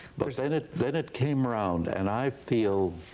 but then it then it came round. and i feel,